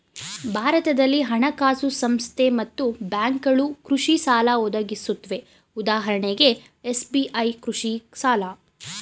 ಭಾರತದಲ್ಲಿ ಹಣಕಾಸು ಸಂಸ್ಥೆ ಮತ್ತು ಬ್ಯಾಂಕ್ಗಳು ಕೃಷಿಸಾಲ ಒದಗಿಸುತ್ವೆ ಉದಾಹರಣೆಗೆ ಎಸ್.ಬಿ.ಐ ಕೃಷಿಸಾಲ